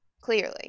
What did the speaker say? clearly